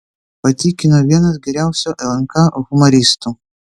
patikino vienas geriausių lnk humoristų